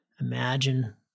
imagine